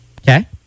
Okay